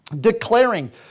declaring